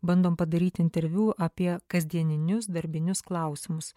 bandom padaryt interviu apie kasdieninius darbinius klausimus